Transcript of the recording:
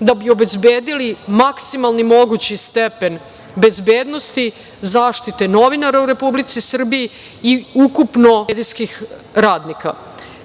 da bi obezbedili maksimalni mogući stepen bezbednosti zaštite novinara u Republici Srbiji i ukupno medijskih radnika.